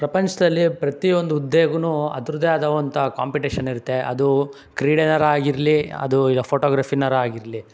ಪ್ರಪಂಚದಲ್ಲಿ ಪ್ರತಿಯೊಂದು ಹುದ್ದೆಗು ಅದ್ರದ್ದೇ ಆದಂಥ ಕಾಂಪಿಟೀಷನ್ ಇರುತ್ತೆ ಅದು ಕ್ರೀಡೆನಾದ್ರೂ ಆಗಿರಲಿ ಅದು ಈ ಫೋಟೋಗ್ರಫೀನಾದ್ರೂ ಆಗಿರಲಿ